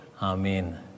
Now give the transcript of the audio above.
Amen